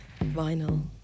Vinyl